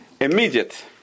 Immediate